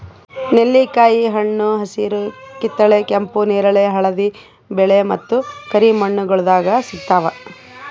ನೆಲ್ಲಿಕಾಯಿ ಹಣ್ಣ ಹಸಿರು, ಕಿತ್ತಳೆ, ಕೆಂಪು, ನೇರಳೆ, ಹಳದಿ, ಬಿಳೆ ಮತ್ತ ಕರಿ ಬಣ್ಣಗೊಳ್ದಾಗ್ ಸಿಗ್ತಾವ್